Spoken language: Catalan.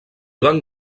van